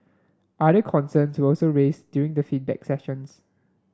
other concerns were also raised during the feedback sessions